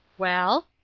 well?